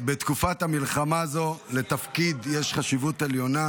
בתקופת המלחמה הזו לתפקיד יש חשיבות עליונה